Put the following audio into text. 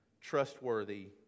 trustworthy